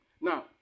Now